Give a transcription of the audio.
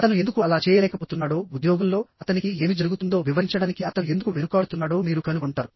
అతను ఎందుకు అలా చేయలేకపోతున్నాడో ఉద్యోగంలో అతనికి ఏమి జరుగుతుందో వివరించడానికి అతను ఎందుకు వెనుకాడుతున్నాడో మీరు కనుగొంటారు